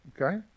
Okay